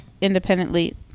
independently